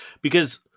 because-